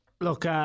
Look